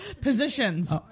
positions